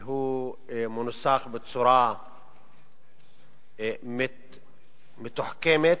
והוא מנוסח בצורה באמת מתוחכמת,